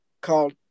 called